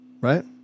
Right